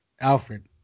Alfred